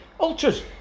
Ultras